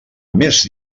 més